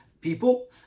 People